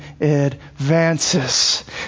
advances